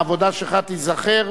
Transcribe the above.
העבודה שלך תיזכר,